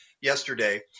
yesterday